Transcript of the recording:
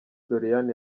doriane